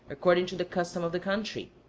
according to the custom of the country.